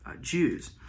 Jews